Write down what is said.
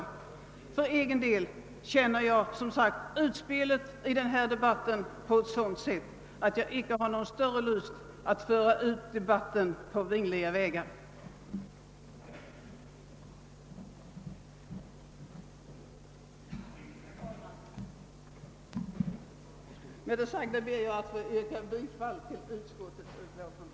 För egen del upplever jag detta utspel på eit sådant sätt att jag inte har någon större lust att föra ut debatten på vingliga vägar. Herr talman! Med det sagda ber jag att få yrka bifall till utskottets hemställan.